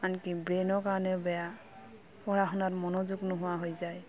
আনকি ব্ৰেইনৰ কাৰণেও বেয়া পঢ়া শুনাত মনোযোগ নোহোৱা হৈ যায়